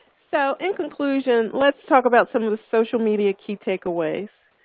so in conclusion, let's talk about some of the social media key takeaways.